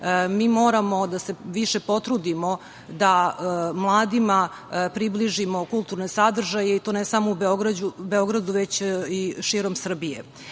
mi moramo da se više potrudimo da mladima približimo kulturne sadržaje i to ne samo u Beogradu, već i širom Srbije. Ali,